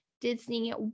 Disney